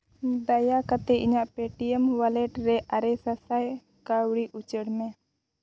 ᱫᱟᱭᱟ ᱠᱟᱛᱮᱫ ᱤᱧᱟᱹᱜ ᱯᱮᱴᱤᱭᱮᱢ ᱚᱣᱟᱞᱮ ᱴ ᱨᱮ ᱟᱨᱮ ᱥᱟᱥᱟᱭ ᱠᱟᱹᱣᱰᱤ ᱩᱪᱟᱹᱲ ᱢᱮ